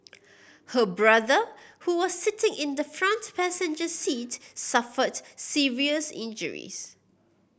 her brother who was sitting in the front passenger seat suffered serious injuries